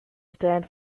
stand